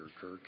Kirk